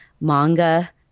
manga